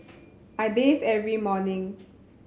I bathe every morning